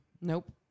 Nope